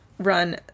run